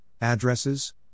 addresses